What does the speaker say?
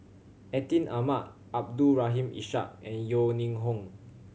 Atin Amat Abdul Rahim Ishak and Yeo Ning Hong